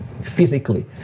physically